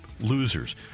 losers